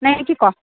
নেকি কৱ